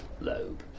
lobe